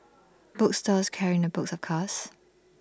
book stores carrying the books of course